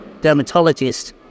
dermatologist